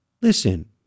Listen